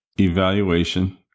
evaluation